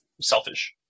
selfish